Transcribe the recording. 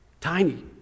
tiny